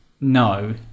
No